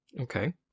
Okay